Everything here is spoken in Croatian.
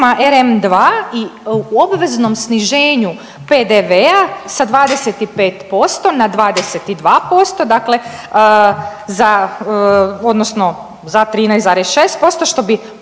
II i u obveznom sniženju PDV-a sa 25% na 22%, dakle za odnosno za 13,6% što bi povoljno